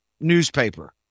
newspaper